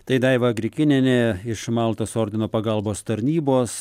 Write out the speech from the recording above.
tai daiva grikinienė iš maltos ordino pagalbos tarnybos